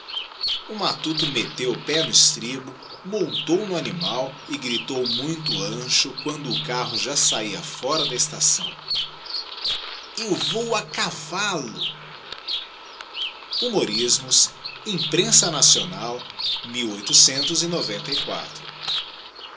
o matuto metteu o pé no estribo montou no aniinal e gritou muito ancho quando o carro já sábia fora lá estação eu vou a cavallo humorismos imprensa nacional